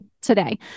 today